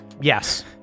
Yes